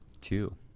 two